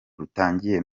rutangiye